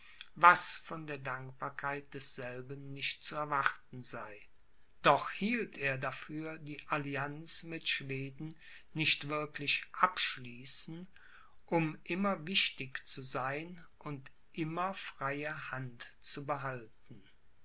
was von der dankbarkeit desselben nicht zu erwarten sei doch hielt er dafür die allianz mit schweden nicht wirklich abschließen um immer wichtig zu sein und immer freie hand zu behalten